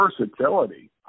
versatility